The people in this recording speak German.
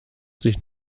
sich